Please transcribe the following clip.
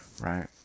right